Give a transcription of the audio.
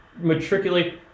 matriculate